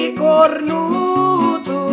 cornuto